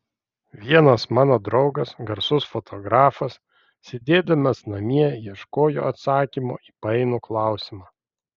vienas mano draugas garsus fotografas sėdėdamas namie ieškojo atsakymo į painų klausimą